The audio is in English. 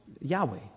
Yahweh